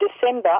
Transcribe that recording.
December